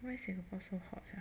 why Singapore so hot ah